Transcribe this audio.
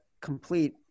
complete